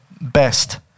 best